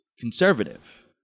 conservative